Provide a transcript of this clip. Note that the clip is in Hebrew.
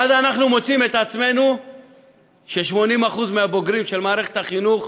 ואז אנחנו מוצאים את עצמנו ש-80% מהבוגרים של מערכת החינוך